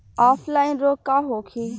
Offline रोग का होखे?